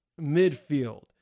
midfield